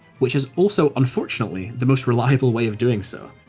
which is also unfortunately the most reliable way of doing so.